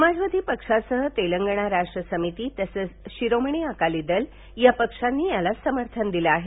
समाजवादी पक्षासह तेलगणा राष्ट्र समिती तसंच शिरोमणी अकाली दल या पक्षांनी याला समर्थन दिलं आहे